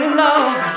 love